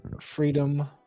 freedom